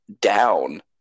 down